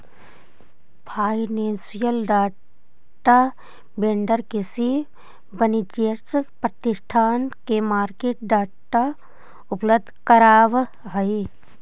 financial data vendor किसी वाणिज्यिक प्रतिष्ठान के मार्केट डाटा उपलब्ध करावऽ हइ